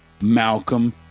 Malcolm